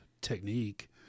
technique